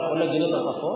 אתה יכול להגיד את השפות?